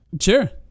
Sure